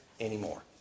anymore